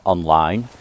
Online